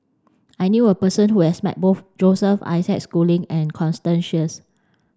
I knew a person who has met both Joseph Isaac Schooling and Constance Sheares